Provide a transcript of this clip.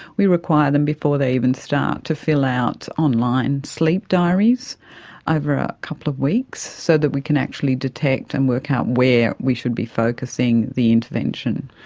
we require them, before they even start, to fill out online sleep diaries over a couple of weeks so that we can actually detect and work out where we should be focusing the intervention.